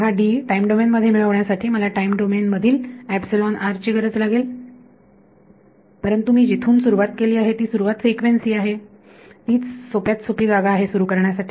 तर हा time domain मध्ये मिळवण्यासाठी मला टाईम डोमेन मधील ची गरज लागेल परंतु मी जिथून सुरुवात केली आहे ती सुरुवात फ्रिक्वेन्सी आहे तीच सोप्यात सोपी जागा आहे सुरू करण्यासाठी